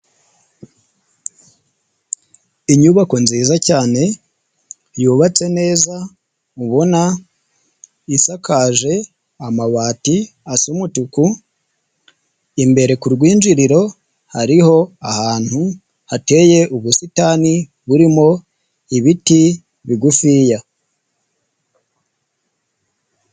Inyubako nziza cyane yubatse neza, ubona isakaje amabati asa umutuku, imbere ku rwinjiriro hariho ahantu hateye ubusitani burimo ibiti bigufiya.